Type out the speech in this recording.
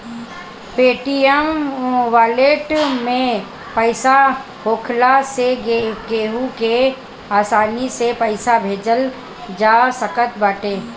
Paytm wallet में पईसा होखला से केहू के आसानी से पईसा भेजल जा सकत बाटे